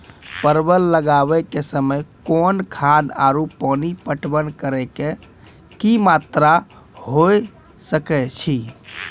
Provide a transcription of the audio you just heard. परवल लगाबै के समय कौन खाद आरु पानी पटवन करै के कि मात्रा होय केचाही?